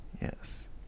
Yes